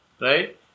right